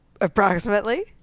approximately